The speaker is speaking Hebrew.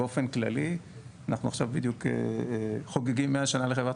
באופן כללי אנחנו עכשיו בדיוק חוגגים 100 שנה לחברת